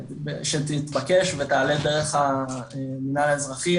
שתתבקש ותעלה דרך המנהל האזרחי,